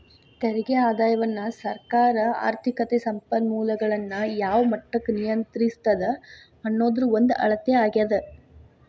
ತೆರಿಗೆ ಆದಾಯವನ್ನ ಸರ್ಕಾರ ಆರ್ಥಿಕತೆ ಸಂಪನ್ಮೂಲಗಳನ್ನ ಯಾವ ಮಟ್ಟಕ್ಕ ನಿಯಂತ್ರಿಸ್ತದ ಅನ್ನೋದ್ರ ಒಂದ ಅಳತೆ ಆಗ್ಯಾದ